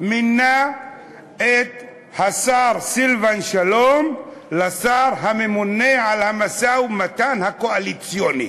מינה את השר סילבן שלום לשר הממונה על המשא-ומתן הקואליציוני.